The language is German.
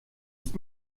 ist